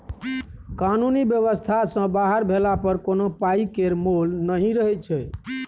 कानुनी बेबस्था सँ बाहर भेला पर कोनो पाइ केर मोल नहि रहय छै